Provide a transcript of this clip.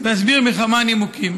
ואסביר בכמה נימוקים.